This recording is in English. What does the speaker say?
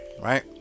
right